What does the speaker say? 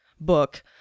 book